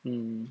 mm